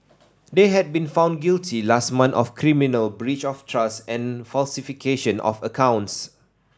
they had been found guilty last month of criminal breach of trust and falsification of accounts